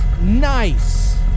nice